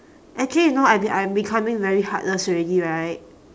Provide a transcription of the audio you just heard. actually no I been I am becoming very heartless already right